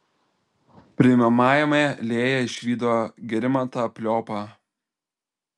priimamajame lėja išvydo gerimantą pliopą